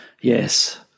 Yes